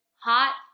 Hot